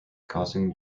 causing